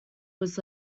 was